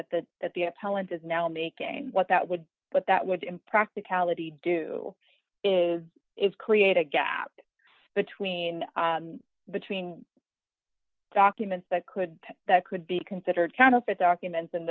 that the that the appellant is now making what that would but that would impracticality do is create a gap between between documents that could that could be considered counterfeit documents and